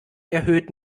erhöht